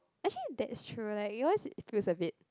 actually that's true like to be honest it feels a bit